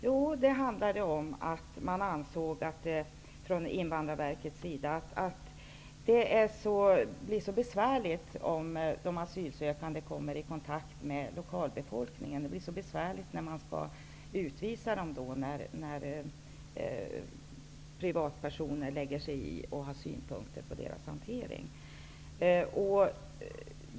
Jo, bakgrunden var att man från Invandrarverkets sida ansåg att det blir så besvärligt om de asylsökande kommer i kontakt med lokalbefolkningen. Det blir så besvärligt när de asylsökande skall utvisas om privatpersoner lägger sig i och har synpunkter på verkets hantering.